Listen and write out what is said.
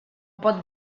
pot